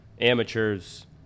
amateurs